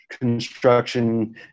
construction